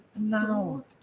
Now